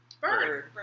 Bird